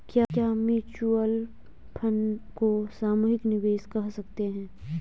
क्या mutual fund को सामूहिक निवेश कह सकते हैं?